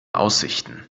aussichten